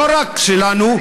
ולא רק שלנו,